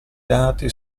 dati